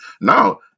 Now